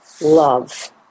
love